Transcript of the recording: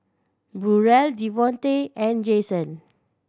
Burrel Devontae and Jason